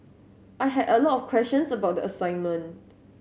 I had a lot of questions about the assignment